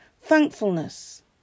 thankfulness